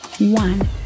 one